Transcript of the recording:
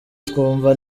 twumva